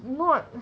not